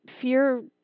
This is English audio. Fear